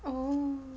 oh